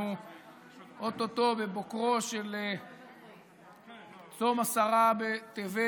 אנחנו או-טו-טו בבוקרו של צום עשרה בטבת,